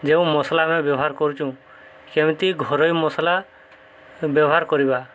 ଯେଉଁ ମସଲା ଆମେ ବ୍ୟବହାର କରୁଛୁ କେମିତି ଘରୋଇ ମସଲା ବ୍ୟବହାର କରିବା